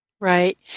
Right